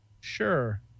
Sure